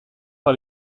par